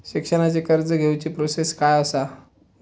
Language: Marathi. शिक्षणाची कर्ज घेऊची प्रोसेस काय असा?